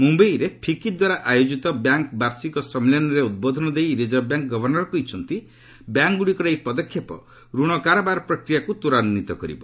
ମୁମ୍ୟାଇରେ ପିକି ଦ୍ୱାରା ଆୟୋଜିତ ବ୍ୟାଙ୍କ୍ ବାର୍ଷିକ ସମ୍ମିଳନୀରେ ଉଦ୍ବୋଧନ ଦେଇ ରିଜର୍ଭ ବ୍ୟାଙ୍କ୍ ଗଭର୍ଷର କହିଛନ୍ତି ବ୍ୟାଙ୍କ୍ଗୁଡ଼ିକର ଏହି ପଦକ୍ଷେପ ଋଣ କାରବାର ପ୍ରକ୍ରିୟାକୁ ତ୍ୱରାନ୍ୱିତ କରିବ